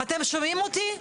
אתם שומעים אותי?